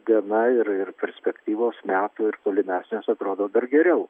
diena ir perspektyvos metų ir tolimesnės atrodo dar geriau